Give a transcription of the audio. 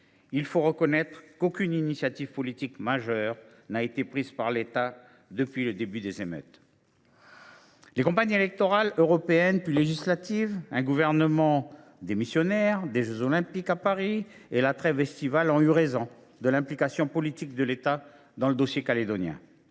il faut reconnaître qu’aucune initiative politique majeure n’a été prise par l’État depuis le début des émeutes. Les campagnes des élections européennes, puis législatives, un gouvernement démissionnaire, l’organisation des jeux Olympiques à Paris et la trêve estivale ont eu raison de l’implication politique de l’État dans le dossier calédonien.